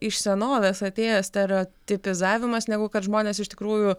iš senovės atėjęs stereotipizavimas negu kad žmonės iš tikrųjų